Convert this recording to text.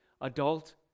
adult